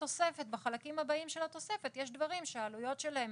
בחלקים הבאים של התוספת יש דברים שהעלויות שלהם